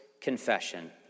confession